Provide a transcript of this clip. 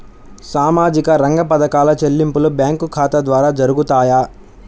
సామాజిక రంగ పథకాల చెల్లింపులు బ్యాంకు ఖాతా ద్వార జరుగుతాయా?